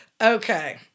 Okay